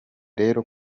rero